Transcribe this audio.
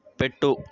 పెట్టు